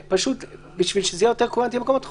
בשביל שזה יהיה יותר קוהרנטי במקומות אחרים,